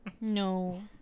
No